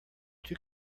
two